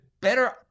better